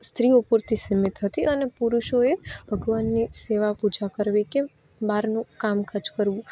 સ્ત્રીઓ પૂરતી સીમિત હતી અને પુરુષોએ ભગવાનની સેવા પૂજા કરવી કે બહારનું કામકાજ કરવું